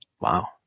wow